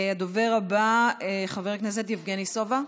הדובר הבא, חבר הכנסת יבגני סובה.